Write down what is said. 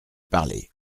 parler